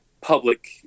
public